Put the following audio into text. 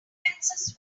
references